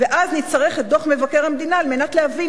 ואז נצטרך את דוח מבקר המדינה על מנת להבין